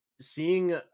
seeing